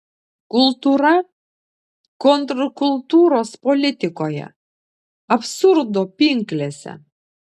kultūra kontrkultūros politikoje absurdo pinklėse